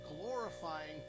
glorifying